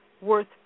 worth